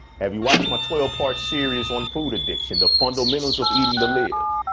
have you watched my toil part series on food addiction? the fundamentals of eating the live?